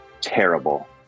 terrible